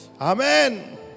amen